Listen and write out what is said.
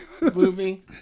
movie